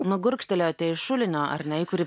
nu gurkštelėjote iš šulinio ar ne į kurį